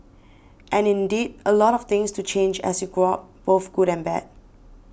and indeed a lot of things do change as you grow up both good and bad